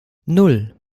nan